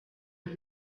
und